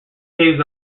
caves